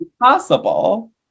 possible